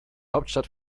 hauptstadt